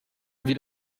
wie